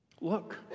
Look